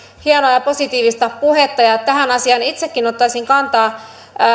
hienoa ja positiivista puhetta ja tähän asiaan itsekin ottaisin kantaa